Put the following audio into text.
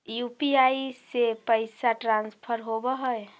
UPI से पैसा transfer होवहै?